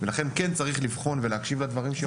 לכן, כן צריך לבחון ולהקשיב לדברים שהיא אומרת.